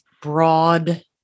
broad